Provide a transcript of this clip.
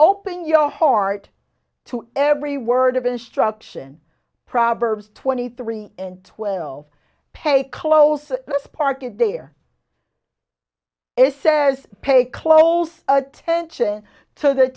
open your heart to every word of instruction proverbs twenty three and twelve pay close this park it there is says pay close attention to the